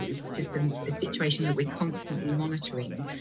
it's just a situation that we're constantly monitoring,